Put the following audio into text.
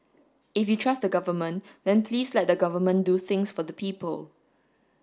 if you trust the Government then please let the Government do things for the people